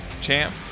champ